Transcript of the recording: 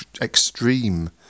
extreme